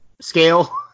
scale